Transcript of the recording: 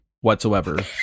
whatsoever